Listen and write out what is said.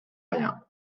rien